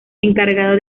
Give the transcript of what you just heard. encargado